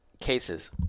Cases